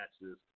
matches